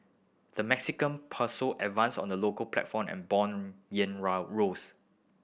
the Mexican advanced on the local platform and bond rose